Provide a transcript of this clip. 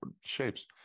shapes